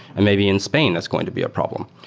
maybe in spain that's going to be a problem,